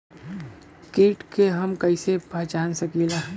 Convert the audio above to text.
कीट के हम कईसे पहचान सकीला